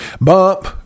bump